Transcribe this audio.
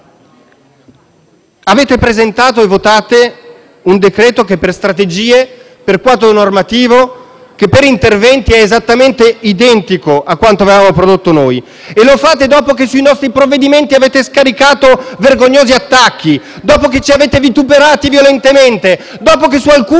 Avete presentato e votate un decreto-legge che, per strategie, quadro normativo e interventi, è esattamente identico a quanto avevamo prodotto noi e lo fate dopo che sui nostri provvedimenti avete scaricato vergognosi attacchi, dopo che ci avete vituperati violentemente, dopo che su alcuni